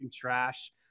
trash